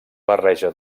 barreja